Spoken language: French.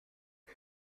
qui